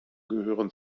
gehören